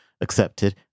accepted